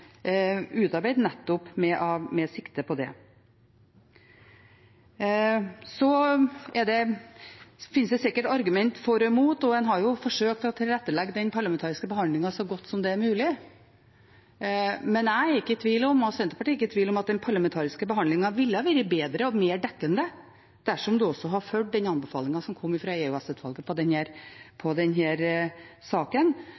forsøkt å tilrettelegge den parlamentariske behandlingen så godt det er mulig, men Senterpartiet og jeg er ikke i tvil om at den parlamentariske behandlingen ville ha vært bedre og mer dekkende dersom en også hadde fulgt den anbefalingen som kom fra EOS-utvalget i denne saken. Den